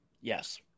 Yes